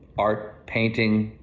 art, painting,